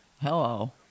Hello